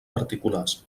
particulars